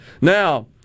Now